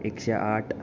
एकशें आट